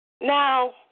Now